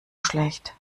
schlecht